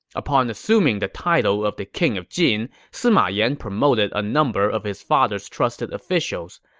upon assuming the title of the king of jin, sima yan promoted a number of his father's trusted officials.